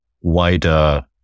wider